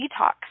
detox